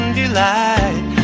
delight